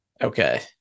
okay